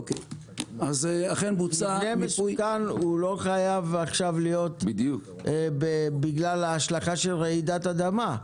מבנה מסוכן לא חייב להיות בגלל ההשלכה של רעידת אדמה.